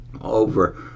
over